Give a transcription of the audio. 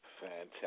Fantastic